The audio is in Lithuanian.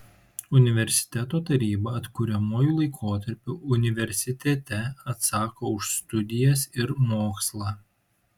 universiteto taryba atkuriamuoju laikotarpiu universitete atsako už studijas ir mokslą